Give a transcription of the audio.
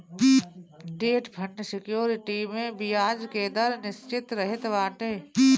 debt fund security में बियाज के दर निश्चित रहत बाटे